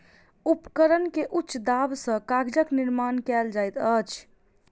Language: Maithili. उपकरण के उच्च दाब सॅ कागजक निर्माण कयल जाइत अछि